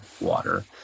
water